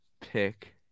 pick